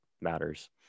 matters